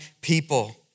people